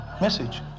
Message